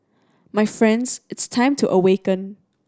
my friends it's time to awaken